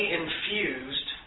infused